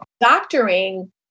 doctoring